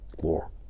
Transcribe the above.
war